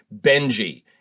Benji